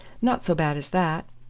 not so bad as that.